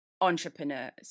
entrepreneurs